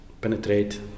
penetrate